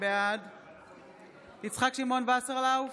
בעד יצחק שמעון וסרלאוף,